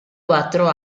quattro